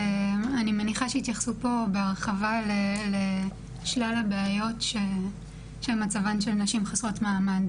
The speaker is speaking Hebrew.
אני מניחה שיתייחסו פה בהרחבה לשלל הבעיות שמצבן של נשים חסרות מעמד